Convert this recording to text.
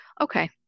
okay